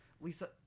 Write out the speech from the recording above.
Lisa